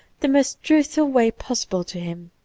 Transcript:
the most truth ful way possible to him.